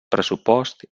pressupost